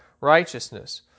righteousness